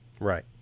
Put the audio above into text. right